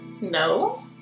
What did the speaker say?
No